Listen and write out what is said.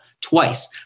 twice